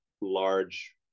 large